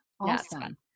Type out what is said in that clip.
Awesome